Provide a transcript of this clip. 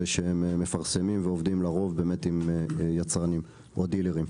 שהם מפרסמים ועובדים לרוב עם יצרנים או דילרים,